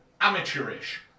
amateurish